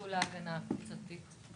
ביטול ההגנה הקבוצתית?